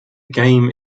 game